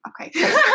Okay